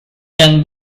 can